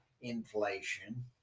inflation